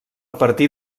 partir